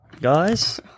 guys